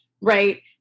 right